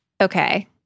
okay